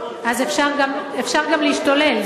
אז אפשר גם להשתולל.